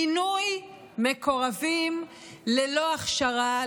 מינוי מקורבים ללא הכשרה,